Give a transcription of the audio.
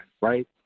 right